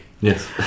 Yes